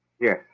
Yes